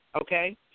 okay